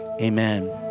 amen